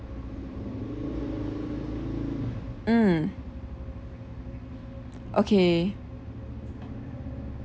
mm okay